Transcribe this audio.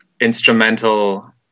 instrumental